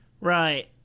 Right